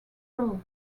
throw